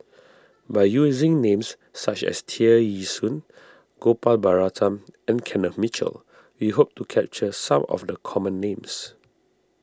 by using names such as Tear Ee Soon Gopal Baratham and Kenneth Mitchell we hope to capture some of the common names